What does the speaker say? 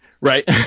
Right